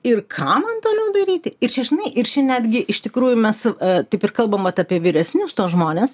ir ką man toliau daryti ir čia žinai ir čia netgi iš tikrųjų mes taip ir kalbam vat apie vyresnius žmones